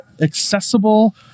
accessible